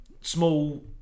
small